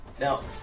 Now